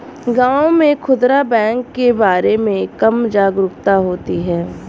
गांव में खूदरा बैंक के बारे में कम जागरूकता होती है